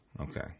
Okay